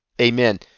Amen